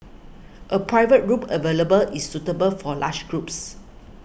a private room available is suitable for large groups